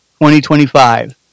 2025